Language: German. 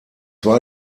war